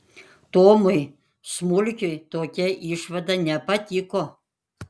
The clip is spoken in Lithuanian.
tomui smulkiui tokia išvada nepatiko